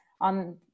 on